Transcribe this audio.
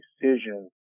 decision